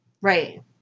Right